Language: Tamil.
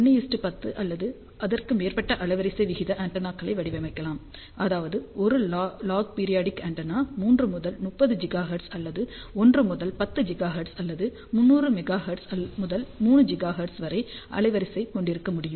1 10 அல்லது அதற்கு மேற்பட்ட அலைவரிசை விகித ஆண்டெனாக்களை வடிவமைக்கலாம் அதாவது 1 லாக் பீரியாடிக் ஆண்டெனா 3 முதல் 30 ஜிகாஹெர்ட்ஸ் அல்லது 1 முதல் 10 ஜிகாஹெர்ட்ஸ் அல்லது 300 MHz முதல் 3 GHz வரை வரை அலைவரிசையை கொண்டிருக்க முடியும்